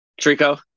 Trico